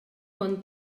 bon